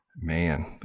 Man